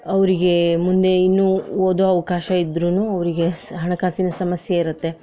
ಅವರಿಗೇ ಮುಂದೆ ಇನ್ನೂ ಓದೋ ಅವಕಾಶ ಇದ್ರು ಅವರಿಗೆ ಸ ಹಣಕಾಸಿನ ಸಮಸ್ಯೆ ಇರುತ್ತೆ